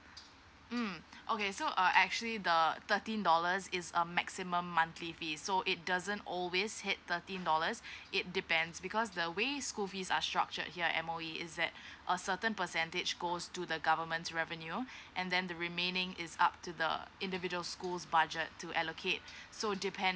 mm okay so uh actually the thirteen dollars is uh maximum monthly fee so it doesn't always hit thirteen dollars it depends because the way school fees are structured here at M_O_E is that a certain percentage goes to the government's revenue and then the remaining is up to the individual school's budget to allocate so depend~